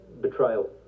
betrayal